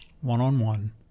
one-on-one